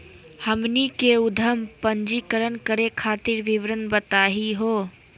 हमनी के उद्यम पंजीकरण करे खातीर विवरण बताही हो?